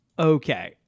Okay